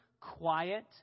quiet